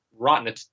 Rotten